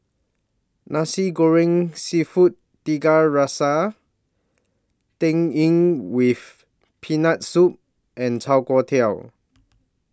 Nasi Goreng Seafood Tiga Rasa Tang Yuen with Peanut Soup and Chai Kuay Tow